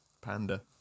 Panda